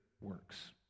works